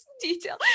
detail